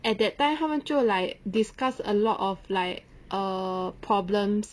at that time 他们就 like discuss a lot of like err problems